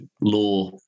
law